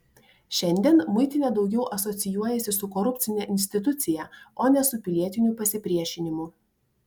šiandien muitinė daugiau asocijuojasi su korupcine institucija o ne su pilietiniu pasipriešinimu